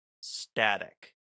static